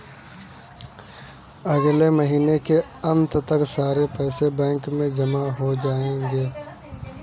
अगले महीने के अंत तक सारे पैसे बैंक में जमा हो जायेंगे